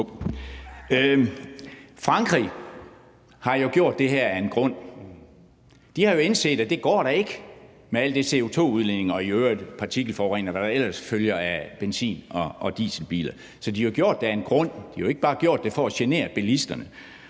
Frankrig har jo gjort det her af en grund. De har jo indset, at det ikke går med al den CO2-udledning og i øvrigt partikelforurening, og hvad der ellers følger af benzin- og dieselbiler. Så de har jo gjort det af en grund, de har jo ikke bare gjort det for at genere bilisterne.